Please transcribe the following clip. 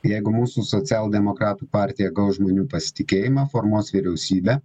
jeigu mūsų socialdemokratų partija gaus žmonių pasitikėjimą formuos vyriausybę